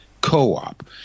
co-op